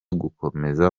gukomeza